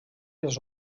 les